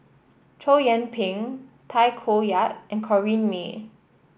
Chow Yian Ping Tay Koh Yat and Corrinne May